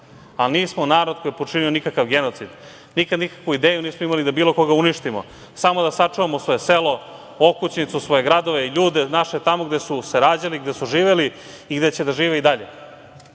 ali nismo narod koji je počinio nikakav genocid. Nikada nikakvu ideju nismo imali da bilo koga uništimo, samo da sačuvamo svoje selo, okućnicu, svoje gradove i ljude naše, tamo gde su se rađali, gde su živeli i gde će da žive i dalje. Srbija